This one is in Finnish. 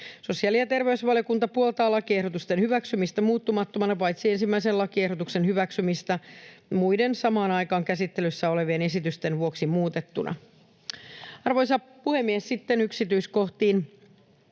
Sosiaali- ja terveysvaliokunta puoltaa lakiehdotusten hyväksymistä muuttamattomina paitsi ensimmäisen lakiehdotuksen hyväksymistä muiden samaan aikaan käsittelyssä olevien esitysten vuoksi muutettuna. Arvoisa puhemies! Sitten yksityiskohtiin.